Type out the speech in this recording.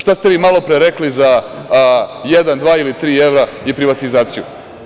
Šta ste vi malopre rekli za jedan, dva ili tri evra i privatizaciju?